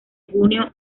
junio